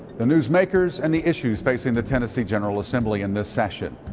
the newsmakers and the issues facing the tennessee general assembly in this session.